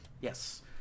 Yes